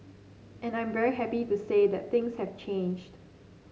and I'm very happy to say that things have changed